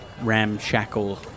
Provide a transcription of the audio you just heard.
ramshackle